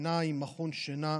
עיניים ומכון שינה.